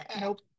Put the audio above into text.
nope